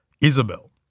Isabel